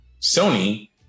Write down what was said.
sony